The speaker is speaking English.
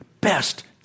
best